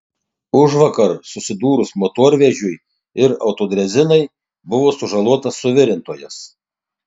užvakar susidūrus motorvežiui ir autodrezinai buvo sužalotas suvirintojas